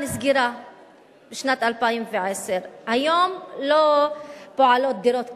נסגרה בשנת 2010. היום לא פועלות דירות כאלה.